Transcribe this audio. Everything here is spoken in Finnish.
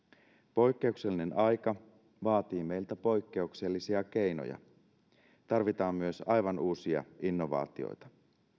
poikkeuksellinen aika vaatii meiltä poikkeuksellisia keinoja tarvitaan myös aivan uusia innovaatioita